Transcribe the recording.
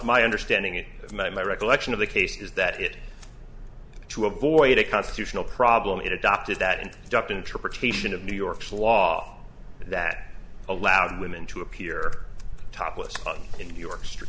my understanding is that my my recollection of the case is that it to avoid a constitutional problem it adopted that and ducked interpretation of new york's law that allowed women to appear topless in new york str